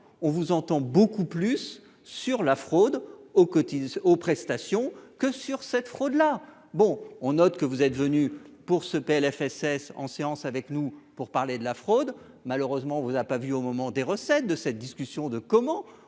on vous entend beaucoup plus sur la fraude aux cotisent aux prestations que sur cette fraude-là, bon, on note que vous êtes venus pour ce PLFSS en séance avec nous pour parler de la fraude malheureusement vous a pas vu au moment des recettes de cette discussion de comment